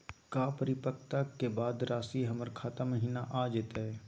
का परिपक्वता के बाद रासी हमर खाता महिना आ जइतई?